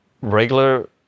regular